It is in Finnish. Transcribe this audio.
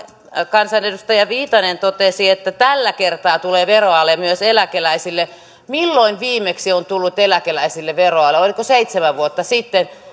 kansanedustaja viitanen totesi että tällä kertaa tulee veroale myös eläkeläisille milloin viimeksi on tullut eläkeläisille veroale oliko seitsemän vuotta sitten